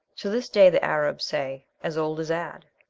to this day the arabs say as old as ad.